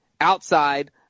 outside